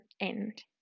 end